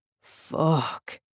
Fuck